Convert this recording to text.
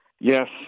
Yes